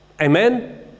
amen